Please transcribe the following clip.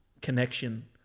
connection